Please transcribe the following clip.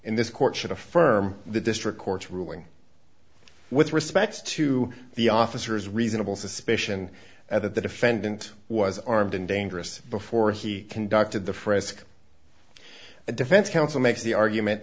in this court should affirm the district court's ruling with respect to the officers reasonable suspicion that the defendant was armed and dangerous before he conducted the frisk the defense counsel makes the argument